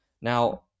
now